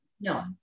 no